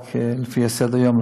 לפי סדר-היום,